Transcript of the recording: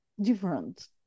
different